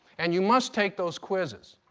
and you must take those quizzes.